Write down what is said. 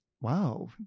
wow